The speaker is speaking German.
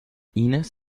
ines